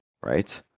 right